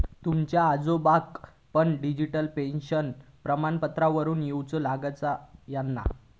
तुमच्या आजोबांका पण डिजिटल पेन्शन प्रमाणपत्रावरून जाउचा लागाचा न्हाय